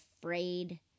afraid